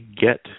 get